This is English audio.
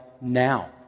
now